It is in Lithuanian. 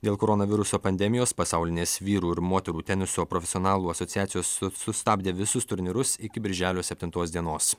dėl koronaviruso pandemijos pasaulinės vyrų ir moterų teniso profesionalų asociacijos su sustabdė visus turnyrus iki birželio septintos dienos